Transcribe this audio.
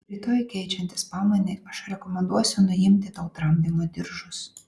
rytoj keičiantis pamainai aš rekomenduosiu nuimti tau tramdymo diržus